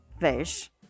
fish